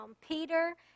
Peter